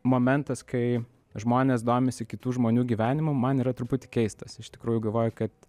momentas kai žmonės domisi kitų žmonių gyvenimu man yra truputį keistas iš tikrųjų galvoju kad